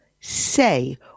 say